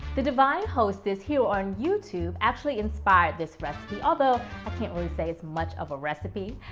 the divine hostess, here on youtube, actually inspired this recipe, although i can't really say it's much of a recipe.